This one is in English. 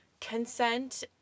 Consent